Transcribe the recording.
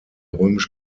römisch